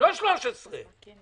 אומרים "נסגור